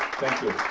thank you.